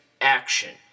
action